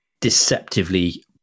deceptively